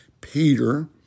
Peter